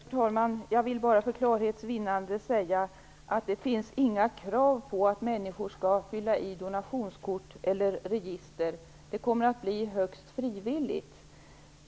Herr talman! Jag vill bara för klarhets vinnande säga att det inte finns några krav på att människor skall fylla i donationskort eller register. Det kommer att bli högst frivilligt.